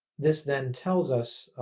this then tells us,